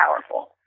powerful